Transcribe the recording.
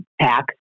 pack